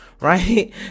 Right